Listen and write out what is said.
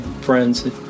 friends